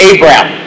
Abraham